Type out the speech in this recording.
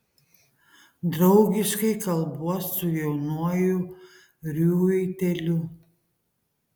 draugiškai kalbuos su jaunuoju riuiteliu